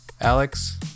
Alex